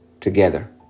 ...together